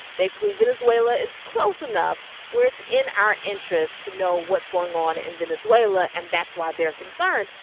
basically, venezuela is close enough where it's in our interests to know what's going on in venezuela. and that's why they're concerned.